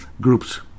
groups